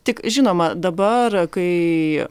tik žinoma dabar kai